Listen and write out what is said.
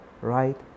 right